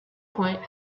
point